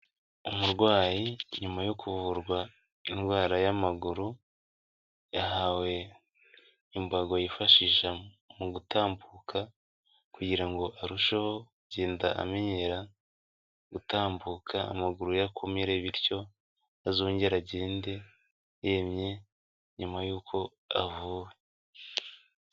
Umurwayi nyuma yo kuvurwa indwara y'amaguru, yahawe imbago yifashi mu gutambuka kugira ngo arusheho kugenda amenyera gutambuka, amaguru ye akomere bityo azongere agende yemye nyuma yuko avuwe.